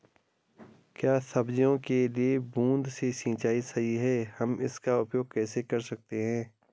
क्या सब्जियों के लिए बूँद से सिंचाई सही है हम इसका उपयोग कैसे कर सकते हैं?